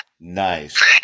Nice